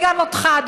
וגם אותך,